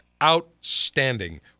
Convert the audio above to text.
Outstanding